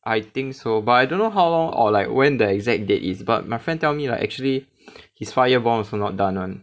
I think so but I don't know how long or like when the exact date is but my friend tell me like actually his five year bond also not done [one]